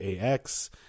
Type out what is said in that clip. ax